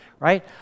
Right